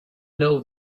know